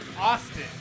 austin